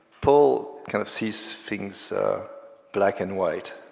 paul kind of sees things black and white,